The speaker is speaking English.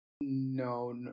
No